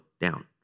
down